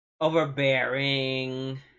overbearing